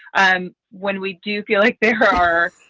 and when we do feel like there are,